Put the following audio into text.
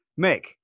Mick